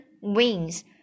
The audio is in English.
wings